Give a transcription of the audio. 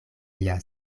lia